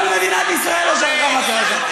כל מדינת ישראל לא שכחה מה קרה שם.